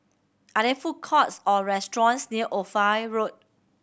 are there food courts or restaurants near Ophir Road